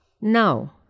No